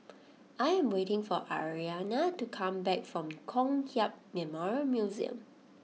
I am waiting for Aryana to come back from Kong Hiap Memorial Museum